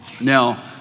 now